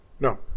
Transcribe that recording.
No